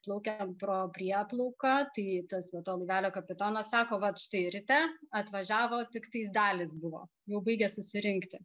plaukėm pro prieplauką tai tas vat to laivelio kapitonas sako vat štai ryte atvažiavo tik trys dalys buvo jau baigia susirinkti